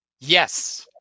yes